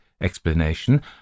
explanation